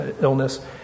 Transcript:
illness